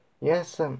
yes